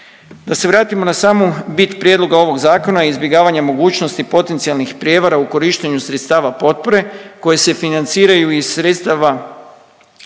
Da se vratimo na samu bit prijedloga ovog Zakona i izbjegavanja mogućnosti potencijalnih prijevara u korištenju sredstava potpore koje se financiraju iz sredstava